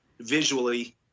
visually